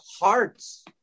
hearts